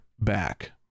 back